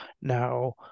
Now